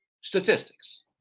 statistics